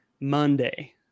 Monday